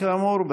כאמור,